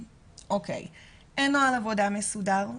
אין נוהל עבודה מסודר,